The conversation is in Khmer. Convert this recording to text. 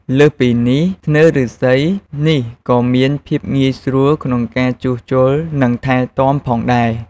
លើសពីនេះ ធ្នើរឬស្សីនេះក៏មានភាពងាយស្រួលក្នុងការជួសជុល និងថែទាំផងដែរ។